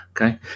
Okay